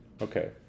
Okay